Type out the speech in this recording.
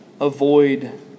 avoid